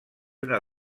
una